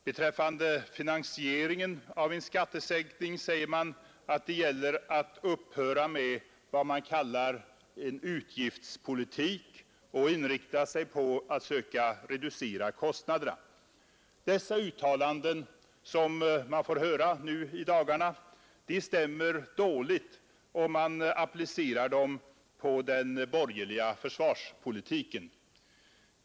Beträffande finansieringen av en skattesänkning säger man att det gäller att upphöra med vad man kallar en utgiftspolitik och att inrikta sig på att försöka reducera kostnaderna. Dessa uttalanden, som man nu får höra, stämmer dåligt om man applicerar dem på den borgerliga försvarspolitiken.